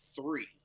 three